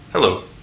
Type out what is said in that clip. Hello